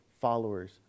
followers